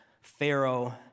Pharaoh